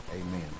amen